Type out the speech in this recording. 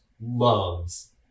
loves